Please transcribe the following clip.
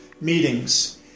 meetings